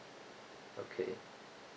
okay